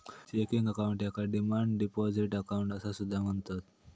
checking account याका demand deposit account असा सुद्धा म्हणतत